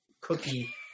cookie